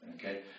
okay